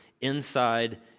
inside